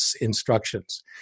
instructions